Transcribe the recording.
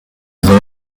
river